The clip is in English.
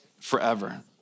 forever